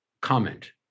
comment